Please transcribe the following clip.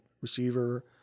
receiver